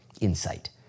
insight